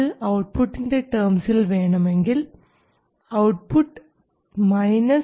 ഇത് ഔട്ട്പുട്ടിൻറെ ടേംസിൽ വേണമെങ്കിൽ ഔട്ട്പുട്ട് 0